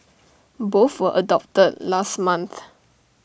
both were adopted last month